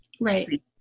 right